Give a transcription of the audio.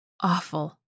Awful